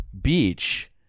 beach